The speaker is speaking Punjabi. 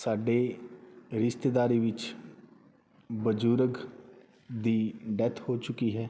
ਸਾਡੇ ਰਿਸ਼ਤੇਦਾਰੀ ਵਿੱਚ ਬਜ਼ੁਰਗ ਦੀ ਡੈੱਥ ਹੋ ਚੁੱਕੀ ਹੈ